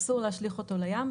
אסור להשליך אותו לים,